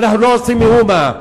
ואנחנו לא עושים מאומה.